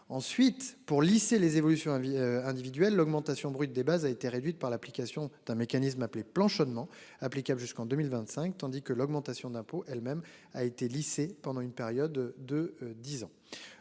Ensuite, pour lisser les évolutions avis individuelle l'augmentation brute des bases a été réduite par l'application d'un mécanisme appelé plan chaudement applicable jusqu'en 2025, tandis que l'augmentation d'impôts elles-mêmes a été lycée pendant une période de 10 ans,